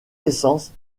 essence